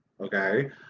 Okay